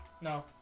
No